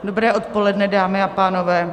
Dobré odpoledne, dámy a pánové.